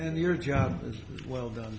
and your job well done